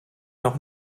noch